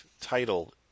title